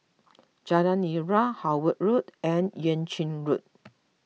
Jalan Nira Howard Road and Yuan Ching Road